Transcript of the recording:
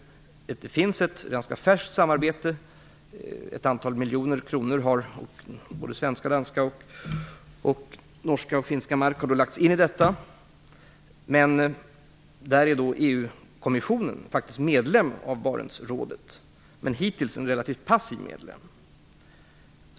I ett ganska färskt samarbete har ett antal miljoner svenska, danska och norska kronor och finska mark satsats. Men EU kommissionen som är medlem i Barentsrådet har hittills varit en relativt passiv sådan.